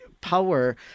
power